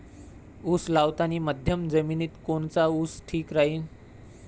उस लावतानी मध्यम जमिनीत कोनचा ऊस ठीक राहीन?